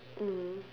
mm